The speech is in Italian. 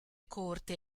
corte